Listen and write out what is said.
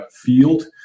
field